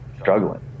struggling